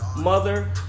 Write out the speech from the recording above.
mother